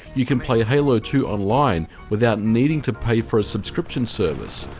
you can play halo two online without needing to pay for a subscription service.